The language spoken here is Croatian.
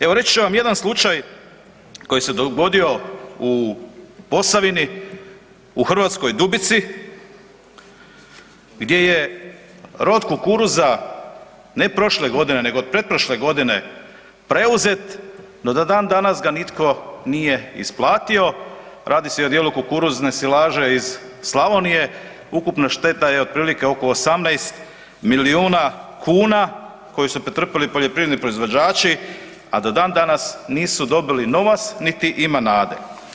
Evo reći ću vam jedan slučaj koji se dogodio u Posavini, u Hrvatskoj Dubici gdje je rod kukuruza ne prošle godine nego od pretprošle godine preuzet no do dandanas ga nitko nije isplatio, radi se i o djelu kukuruzne silaže iz Slavonije, ukupna šteta je otprilike oko 18 milijuna kn koji su pretrpili poljoprivredni proizvođači a do dandanas nisu dobili novac niti ima nade.